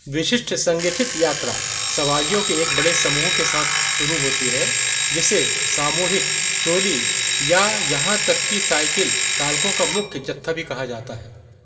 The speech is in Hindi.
विशिष्ट संगठित यात्रा सवारियों के एक बड़े समूह के साथ शुरू होती है जिसे सामूहिक टोली या यहाँ तक कि साइकिल चालकों का मुख्य जत्था भी कहा जाता है